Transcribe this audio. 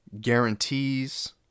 guarantees